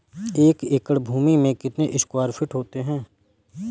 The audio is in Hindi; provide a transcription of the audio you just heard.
एक एकड़ भूमि में कितने स्क्वायर फिट होते हैं?